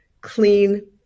clean